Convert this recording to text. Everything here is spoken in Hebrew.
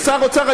כשר האוצר,